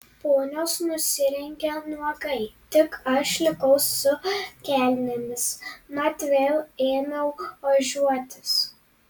ponios nusirengė nuogai tik aš likau su kelnėmis mat vėl ėmiau ožiuotis